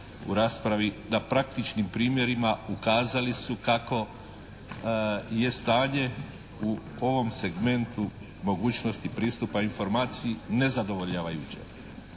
u raspravi na praktičnim primjerima ukazali su kako je stanje u ovom segmentu mogućnosti pristupa informaciji nezadovoljavajuće